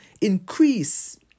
increase